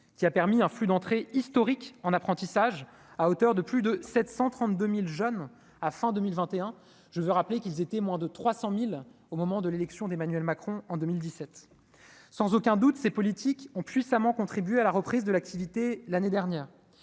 qui a permis un flux d'entrée historique en apprentissage à hauteur de plus de 732000 jeunes à fin 2021, je veux rappeler qu'ils étaient moins de 300000 au moment de l'élection d'Emmanuel Macron, en 2017, sans aucun doute, ces politiques ont puissamment contribué à la reprise de l'activité l'année dernière,